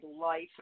life